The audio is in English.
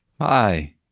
Hi